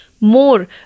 more